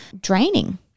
draining